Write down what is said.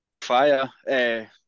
fire